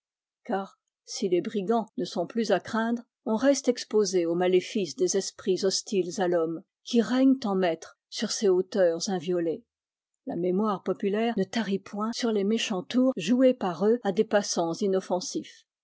car si les brigands ne sont plus à craindre on reste exposé aux maléfices des esprits hostiles à l'homme qui règnent en maîtres sur ces hauteurs inviolées la mémoire populaire ne tarit point sur les méchants tours joués par eux à des passants inoffensifs